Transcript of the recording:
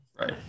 Right